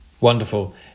Wonderful